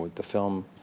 but the film,